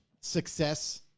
success